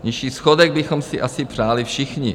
Nižší schodek bychom si asi přáli všichni.